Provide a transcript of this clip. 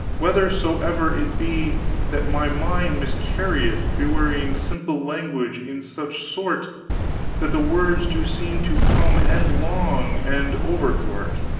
whethersoever it be that my mind miscarrieth, bewraying simple language in such sort that the words do seem to come endlong and overthwart